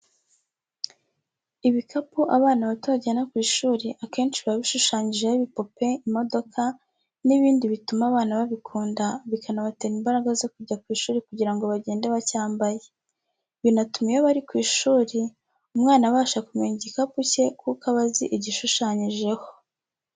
Ibikapu abana bato bajyana ku ishuri akeshi biba bishushanyijeho ibipupe, imodoka n'ibindi bituma abana babikunda bikanabatera imbaraga zo kujya ku ishuri kugira ngo bagende bacyambaye, binatuma iyo bari ku ishuri umwana abasha kumenya igikapu cye kuko aba azi igishushanyijeho.